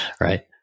Right